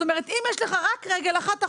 זאת אומרת אם יש לך רק רגל אחת,